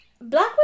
black